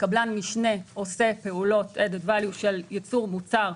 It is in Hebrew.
קבלן המשנה עושה פעולות Add Value של ייצור מוצר,